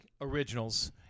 originals